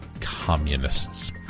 Communists